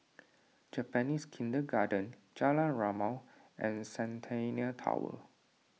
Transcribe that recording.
Japanese Kindergarten Jalan Rimau and Centennial Tower